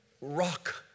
rock